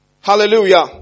Hallelujah